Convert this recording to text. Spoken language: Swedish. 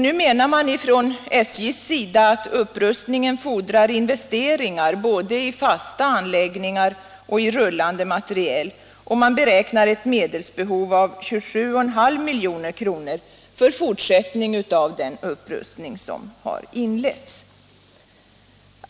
Nu menar man från SJ:s sida att upprustningen fordrar investeringar både i fasta anläggningar och i rullande materiel och man beräknar ett medelsbehov på 27,5 milj.kr. för fortsättning av den upprustning som har inletts.